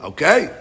Okay